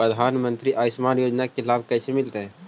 प्रधानमंत्री के आयुषमान योजना के लाभ कैसे मिलतै?